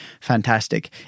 fantastic